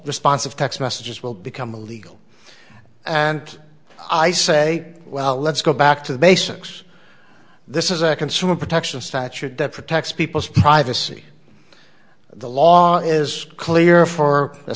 response of text messages will become illegal and i say well let's go back to the basics this is a consumer protection statute that protects people's privacy the law is clear for